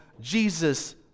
Jesus